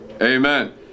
Amen